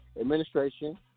Administration